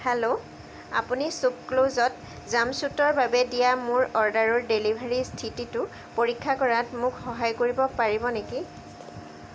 hello আপুনি শ্বপক্লুজত জাম্পছুটৰ বাবে দিয়া মোৰ অৰ্ডাৰৰ ডেলিভাৰী স্থিতিটো পৰীক্ষা কৰাত মোক সহায় কৰিব পাৰিব নেকি